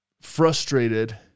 frustrated